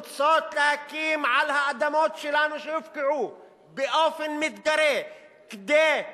רוצות להקים על האדמות שלנו שהופקעו באופן מתגרה כדי למנוע,